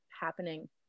happening